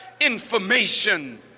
information